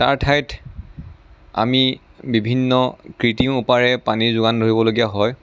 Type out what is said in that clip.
তাৰ ঠাইত আমি বিভিন্ন কৃত্ৰিম উপায়েৰে পানীৰ যোগান ধৰিবলগীয়া হয়